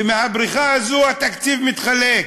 ומהבריכה הזו התקציב מתחלק.